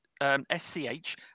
S-C-H